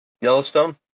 Yellowstone